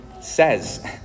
says